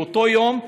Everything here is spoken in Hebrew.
באותו יום.